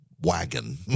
wagon